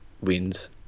wins